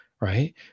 Right